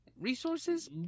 resources